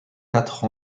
quatre